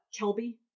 Kelby